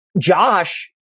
Josh